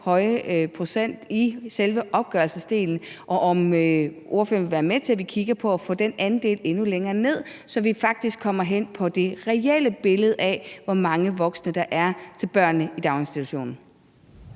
høje procent i selve opgørelsesdelen, og om ordføreren vil være med til, at vi kigger på at få den andel endnu længere ned, så vi faktisk når frem til det reelle billede af, hvor mange voksne der er til børnene i daginstitutionen.